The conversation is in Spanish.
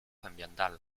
ambiental